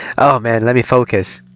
oh um and let me focus!